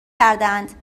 کردهاند